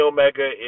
Omega